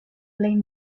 plej